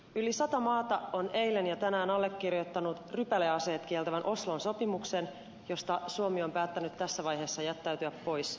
yli sata maata on eilen ja tänään allekirjoittanut rypäleaseet kieltävän oslon sopimuksen josta suomi on päättänyt tässä vaiheessa jättäytyä pois